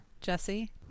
Jesse